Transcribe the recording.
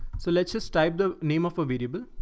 so let's just type the name of a variable.